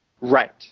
right